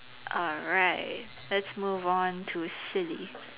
alright let's move on to silly